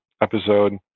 episode